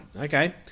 okay